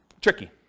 tricky